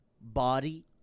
body